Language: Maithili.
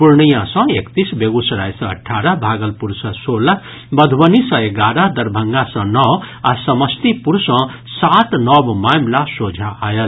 पूर्णिया सँ एकतीस बेगूसराय सँ अठारह भागलपुर सँ सोलह मधुबनी सँ एगारह दरभंगा सँ नओ आ समस्तीपुर सँ सात नव मामिला सोझा आयल